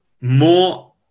more